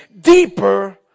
deeper